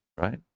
right